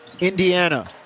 Indiana